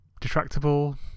detractable